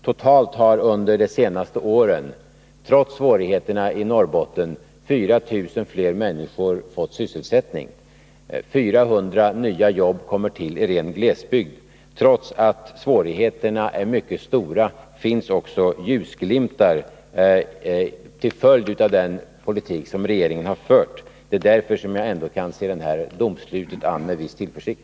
Totalt har, trots svårigheterna, ytterligare 4 000 människor fått sysselsättning i Norrbotten under det senaste året. 400 nya jobb kommer till i ren glesbygd. Trots att svårigheterna som sagt är mycket stora finns också ljusglimtar till följd av den arbetsmarknadspolitik som regeringen har fört. Det är därför som jag kan se det här domslutet an med viss tillförsikt.